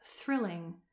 thrilling